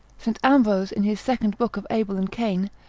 st. ambrose in his second book of abel and cain,